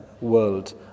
world